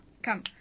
Come